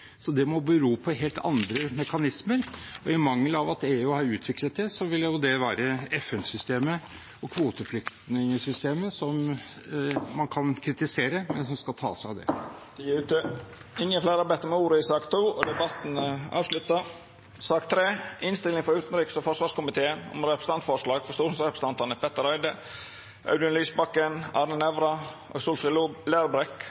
Så det må bero på helt andre mekanismer. I mangel av at EU har utviklet det, vil det være FN-systemet og kvoteflyktningsystemet, som man kan kritisere, men som skal ta seg av det. Fleire har ikkje bedt om ordet til sak nr. 2. Etter ynske frå utanriks- og forsvarskomiteen vil presidenten ordna debatten slik: 5 minutt til kvar partigruppe og